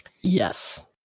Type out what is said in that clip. Yes